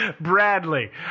Bradley